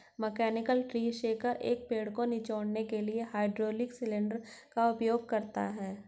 mechanical tree shaker, एक पेड़ को निचोड़ने के लिए हाइड्रोलिक सिलेंडर का उपयोग करता है